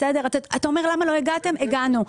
אתה אומר למה לא הגענו - הגענו,